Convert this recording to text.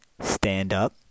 Stand-up